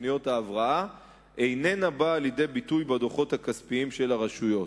תוכניות ההבראה איננה באה לידי ביטוי בדוחות הכספיים של הרשויות.